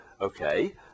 Okay